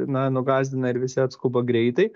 na nugąsdina ir visi atskuba greitai